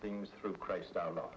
things through christ out